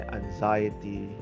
anxiety